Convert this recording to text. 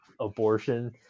abortion